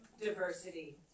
diversity